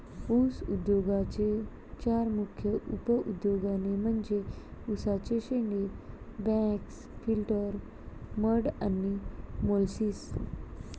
ऊस उद्योगाचे चार मुख्य उप उत्पादने म्हणजे उसाचे शेंडे, बगॅस, फिल्टर मड आणि मोलॅसिस